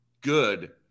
good